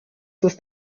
ist